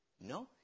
No